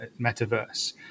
metaverse